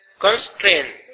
constraint